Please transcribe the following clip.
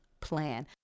plan